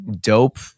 dope